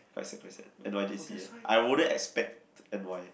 paiseh paiseh n_y_j_c ah I wouldn't expect n_y